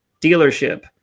dealership